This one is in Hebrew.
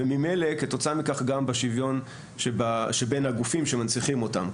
וממילא כתוצאה מכך גם בשוויון שבין הגופים שמנציחים אותם,